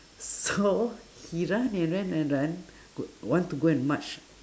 so he run and run and run g~ want to go and march